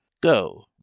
Go